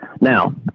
now